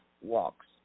walks